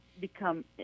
become